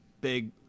big